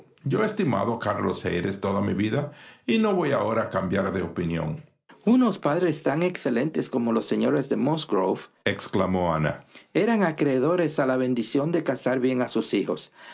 yo he estimado a carlas hayter toda mi vida y no vcy ahora a cambiar de opinión unos padres tan excelentes como los señores de musgroveexclamó anaeran acreedores a la bendición de casar bien a sus hijos